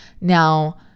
Now